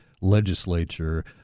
legislature